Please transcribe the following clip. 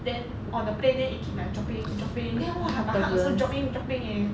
then on the plane leh it keep like dropping dropping then !wah! my heart also dropping dropping eh